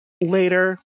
Later